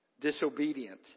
disobedient